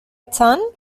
tan